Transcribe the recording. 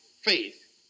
faith